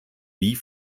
wie